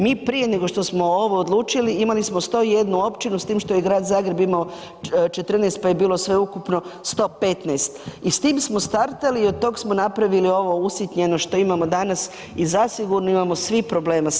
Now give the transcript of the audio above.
Mi prije nego što smo ovo odlučili, imali smo 101 općinu s time što je grad Zagreb imao 14 pa je bilo sveukupno 115 i s time smo startali i od tog smo napravili ovo usitnjeno što imamo danas i zasigurno imamo svi problema s tim.